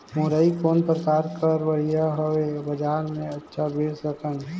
मुरई कौन प्रकार कर बढ़िया हवय? बजार मे अच्छा बेच सकन